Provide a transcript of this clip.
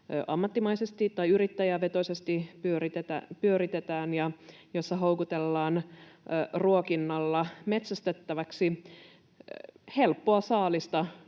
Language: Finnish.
ammattimaisesti tai yrittäjävetoisesti pyöritetään ja jossa houkutellaan ruokinnalla metsästettäväksi helppoa saalista